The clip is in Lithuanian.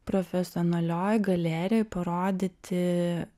profesionalioj galerijoj parodyti